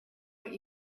what